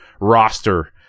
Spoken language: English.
roster